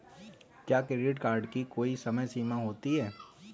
क्या credit card की कोई समय सीमा होती है?